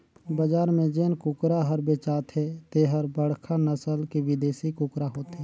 बजार में जेन कुकरा हर बेचाथे तेहर बड़खा नसल के बिदेसी कुकरा होथे